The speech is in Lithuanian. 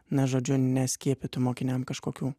na žodžiu neskiepytų mokiniam kažkokių